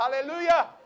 Hallelujah